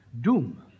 doom